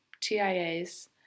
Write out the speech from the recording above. TIAs